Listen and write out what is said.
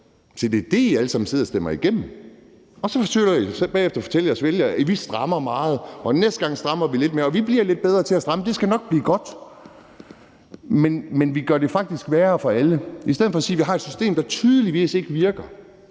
Se, det er det, I alle sammen sidder og stemmer igennem. Og så forsøger I bagefter at fortælle jeres vælgere: Vi strammer meget, og næste gang strammer vi lidt mere, og vi bliver lidt bedre til at stramme, så det skal nok blive godt. Men vi gør det faktisk værre for alle ved ikke at sige, at vi har et system, der tydeligvis ikke virker